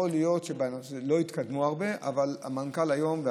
יכול להיות שלא התקדמו הרבה, אבל המנכ"ל היום,